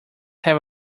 have